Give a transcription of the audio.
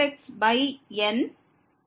இங்கே இந்த xN1